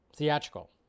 Theatrical